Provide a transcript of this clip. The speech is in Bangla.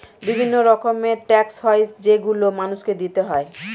বিভিন্ন রকমের ট্যাক্স হয় যেগুলো মানুষকে দিতে হয়